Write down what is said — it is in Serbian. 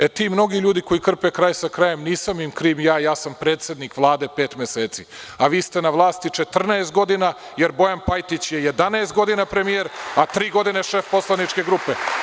E, ti mnogi ljudi koji krpe kraj sa krajem, nisam im kriv ja, ja sam predsednik Vlade pet meseci, a vi ste na vlasti 14 godina, jer Bojan Pajtić je 11 godina premijer, a tri godine je šef poslaničke grupe.